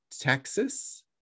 Texas